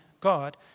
God